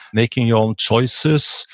making your own choices,